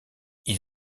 ils